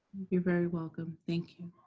you're very welcome. thank you.